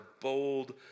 bold